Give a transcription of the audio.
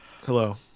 hello